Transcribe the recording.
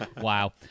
Wow